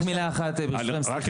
רק מילה אחת בבקשה.